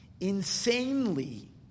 insanely